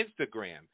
Instagram